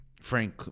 Frank